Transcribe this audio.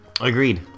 Agreed